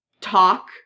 talk